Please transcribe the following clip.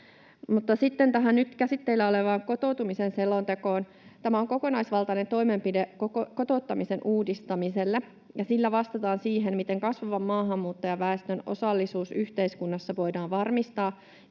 sitten tähän nyt käsitteillä olevaan kotoutumisen selontekoon. Tämä on kokonaisvaltainen toimenpide kotouttamisen uudistamiselle, ja sillä vastataan siihen, miten kasvavan maahanmuuttajaväestön osallisuus yhteiskunnassa voidaan varmistaa